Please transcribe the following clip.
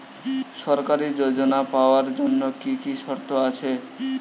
সরকারী যোজনা পাওয়ার জন্য কি কি শর্ত আছে?